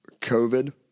COVID